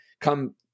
come